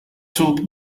took